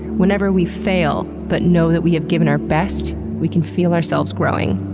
whenever we fail, but know that we have given our best, we can feel ourselves growing.